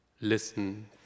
listen